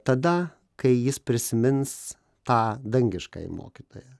tada kai jis prisimins tą dangiškąjį mokytoją